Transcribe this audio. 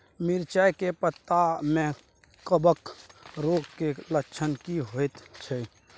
मिर्चाय के पत्ता में कवक रोग के लक्षण की होयत छै?